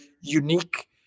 unique